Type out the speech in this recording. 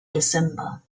december